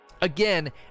Again